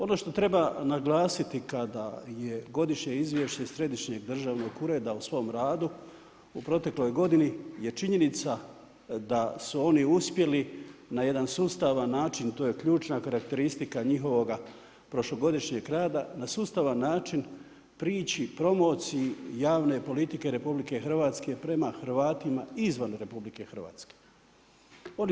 Ono što treba naglasiti kada je godišnje izvješće središnjeg državnog ureda u svom radu u protekloj godini je činjenica da su oni uspjeli na jedan sustavan način, to je ključna karakteristika njihovoga prošlogodišnjeg rada na sustavan način prići promociji javne politike Republike Hrvatske prema Hrvatima izvan Republike Hrvatske.